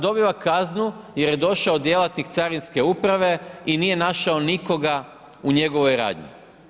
Dobiva kaznu jer je došao djelatnik carinske uprave i nije našao nikoga u njegovoj radnji.